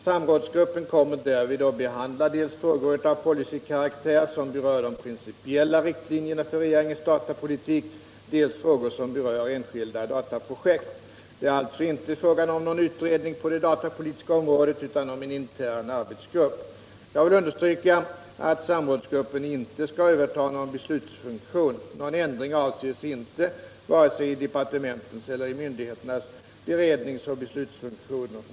Samrådsgruppen kommer därvid att behandla dels frågor av policykaraktär som berör de principiella riktlinjerna för regeringens datapolitik, dels frågor som berör enskilda dataprojekt. Det är alltså inte fråga om någon utredning på det datapolitiska området utan om en intern arbetsgrupp. Jag vill understryka att samrådsgruppen inte skall överta någon beslutsfunktion. Någon ändring avses inte vare sig i departementens eller i myndigheternas beredningsoch beslutsfunktioner.